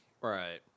Right